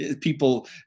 people